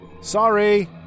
Sorry